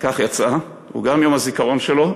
כך יצא, הוא גם יום הזיכרון שלו,